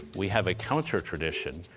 we have a counter-tradition,